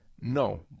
No